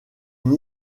une